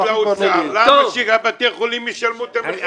למה שבתי החולים ישלמו את המחיר?